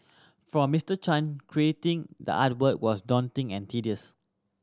for Mister Chan creating the artwork was daunting and tedious